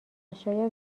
شاید